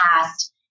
past